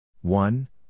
one